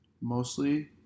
mostly